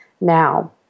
now